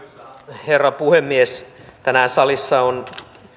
herra puhemies tänään salissa on